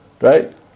right